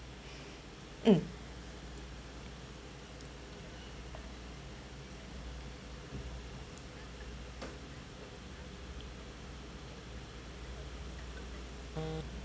mm